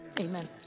Amen